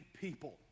people